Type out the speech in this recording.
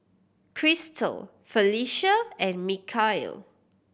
Chrystal Felisha and Mikal